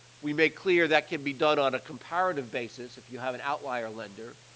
we made clear, that can be done on a comparative basis if you have an outlier lender,